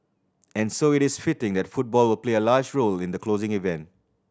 and so it is fitting that football will play a large role in the closing event